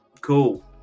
cool